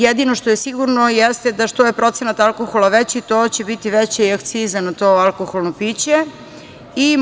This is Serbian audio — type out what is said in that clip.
Jedino što je sigurno jeste da je što je procenat alkohola veći to će biti i veća akciza na to alkoholno piće.